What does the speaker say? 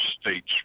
states